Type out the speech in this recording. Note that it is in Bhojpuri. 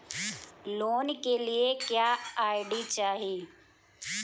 लोन के लिए क्या आई.डी चाही?